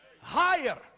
higher